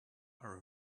are